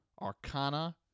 arcana